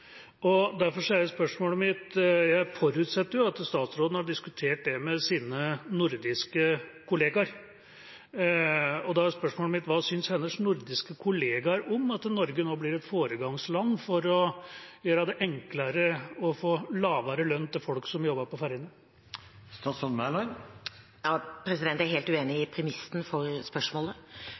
med sine nordiske kollegaer, og da er spørsmålet mitt: Hva synes hennes nordiske kollegaer om at Norge nå blir et foregangsland med hensyn til å gjøre det enklere å få lavere lønn til folk som jobber på fergene? Jeg er helt uenig i premissen for spørsmålet.